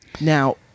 Now